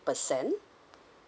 percent